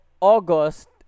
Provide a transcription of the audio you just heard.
August